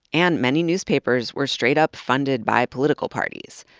and many newspapers were straight-up funded by political parties.